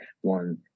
one